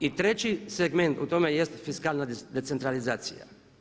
I treći segment u tome jest fiskalna decentralizacija.